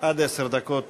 עד עשר דקות לרשותך.